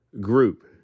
Group